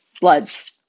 bloods